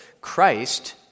Christ